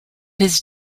his